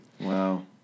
Wow